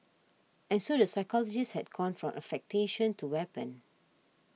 and so the psychologist has gone from affectation to weapon